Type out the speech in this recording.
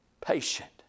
Patient